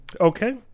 Okay